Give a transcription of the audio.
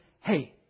hey